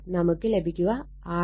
നമുക്ക് ലഭിക്കുക R56